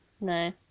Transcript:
No